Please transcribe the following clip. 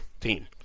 team